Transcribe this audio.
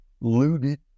looted